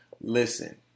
listen